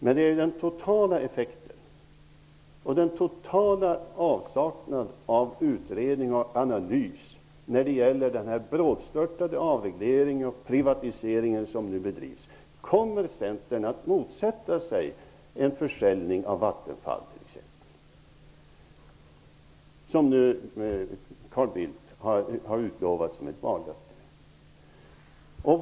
Men det är den totala effekten det handlar om, den totala avsaknaden av utredning och analys när det gäller den brådstörtade avreglering och privatisering som nu bedrivs. Kommer Centern att motsätta sig en försäljning av Vattenfall? Carl Bildt har avgett det vallöftet.